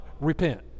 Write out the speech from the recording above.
repent